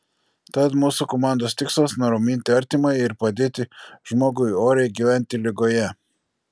tad mūsų komandos tikslas nuraminti artimąjį ir padėti žmogui oriai gyventi ligoje